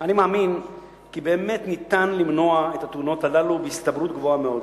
אני מאמין כי באמת אפשר היה למנוע את התאונות הללו בהסתברות גבוהה מאוד